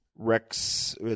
Rex